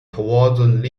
toward